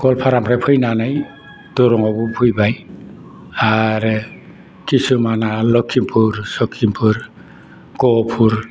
गवालफारानिफ्राय फैनानै दरंआव फैबाय आरो किसुमाना लक्षिमफुर सक्षिमफुर गहपुर